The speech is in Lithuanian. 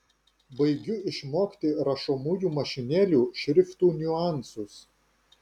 baigiu išmokti rašomųjų mašinėlių šriftų niuansus